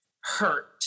hurt